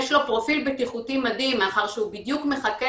יש לו פרופיל בטיחותי מדהים מאחר שהוא בדיוק מחקה